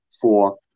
four